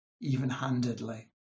even-handedly